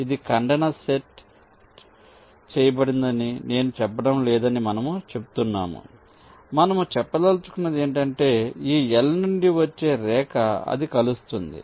ఇది ఖండన సెట్ చేయబడిందని నేను చెప్పడం లేదని మనము చెప్తున్నాము మనము చెప్పదలచుకున్నది ఏమిటంటే ఈ L నుండి వచ్చే రేఖ అది కలుస్తుంది